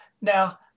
Now